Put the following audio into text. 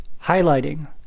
highlighting